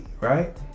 right